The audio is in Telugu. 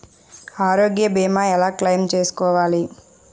ఆరోగ్య భీమా ఎలా క్లైమ్ చేసుకోవాలి?